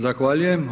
Zahvaljujem.